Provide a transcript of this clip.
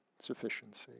sufficiency